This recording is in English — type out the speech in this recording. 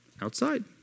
Outside